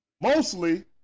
Mostly